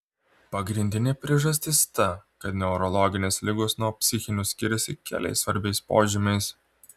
pagrindinė priežastis ta kad neurologinės ligos nuo psichinių skiriasi keliais svarbiais požymiais